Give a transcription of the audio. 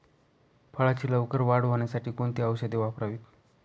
फळाची लवकर वाढ होण्यासाठी कोणती औषधे वापरावीत?